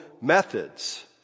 methods